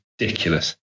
ridiculous